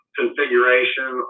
configuration